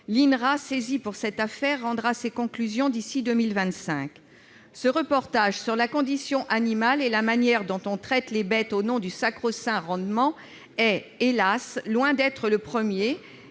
l'INRA, saisie de cette affaire, rendra ses conclusions d'ici à 2025. Ce reportage sur la condition animale et la manière dont on traite les bêtes au nom du sacro-saint rendement est, hélas, loin d'être le premier.